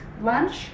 lunch